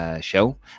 show